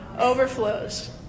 overflows